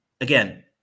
again